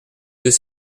deux